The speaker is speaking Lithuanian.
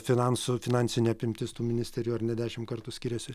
finansų finansinė apimtis tų ministerijų ar ne dešimt kartų skiriasi